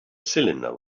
cylinder